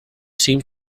seemed